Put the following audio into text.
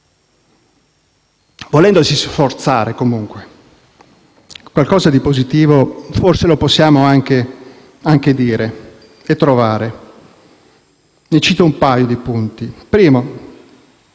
Volendosi sforzare comunque, qualcosa di positivo forse lo possiamo anche trovare e dire. Cito un paio di punti. Il primo